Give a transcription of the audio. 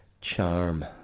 charm